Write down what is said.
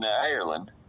ireland